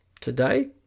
Today